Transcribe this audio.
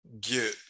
get